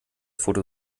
foto